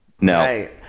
No